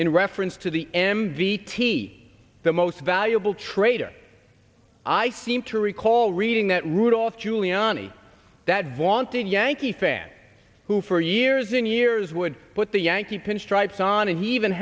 in reference to the m v p the most valuable trader i seem to recall reading that rudolph giuliani that vaunted yankee fan who for years in years would put the yankee pinstripes on and he even